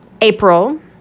April